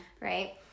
Right